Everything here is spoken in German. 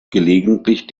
gelegentlich